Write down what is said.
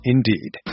Indeed